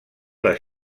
les